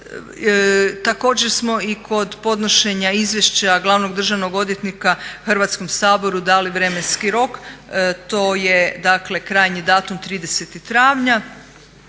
Također smo i kod podnošenja izvješća glavnog državnog odvjetnika Hrvatskom saboru dali vremenski rok. To je dakle krajnji datum 30. travnja.